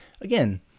again